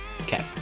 Okay